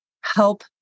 help